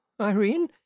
irene